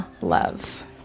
love